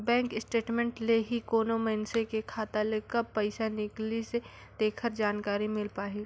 bank statement ले ही कोनो मइनसे के खाता ले कब पइसा निकलिसे तेखर जानकारी मिल पाही